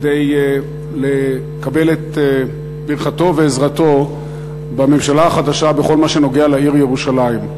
כדי לקבל את ברכתו ועזרתו בממשלה החדשה בכל מה שנוגע לעיר ירושלים.